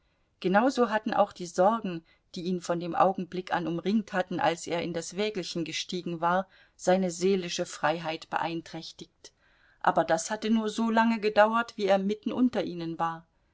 genauso hatten auch die sorgen die ihn von dem augenblick an umringt hatten als er in das wägelchen gestiegen war seine seelische freiheit beeinträchtigt aber das hatte nur so lange gedauert wie er mitten unter ihnen war